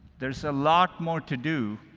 there's a lot more to do,